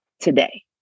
today